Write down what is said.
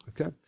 Okay